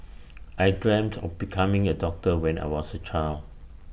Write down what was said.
I dreamt of becoming A doctor when I was A child